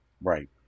Right